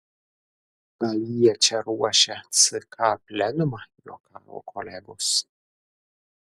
gal jie čia ruošia ck plenumą juokavo kolegos